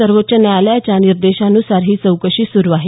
सर्वोच्च न्यायालयाच्या निर्देशानुसार ही चौकशी सुरु आहे